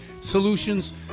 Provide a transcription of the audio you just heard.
solutions